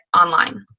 online